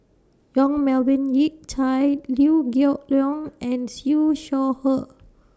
Yong Melvin Yik Chye Liew Geok Leong and Siew Shaw Her